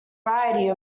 variety